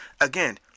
again